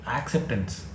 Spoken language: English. acceptance